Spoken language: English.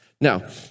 Now